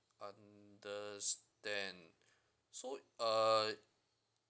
understand so uh